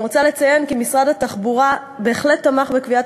אני רוצה לציין כי משרד התחבורה בהחלט תמך בקביעת